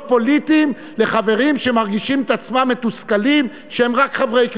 פוליטיים לחברים שמרגישים את עצמם מתוסכלים שהם רק חברי כנסת.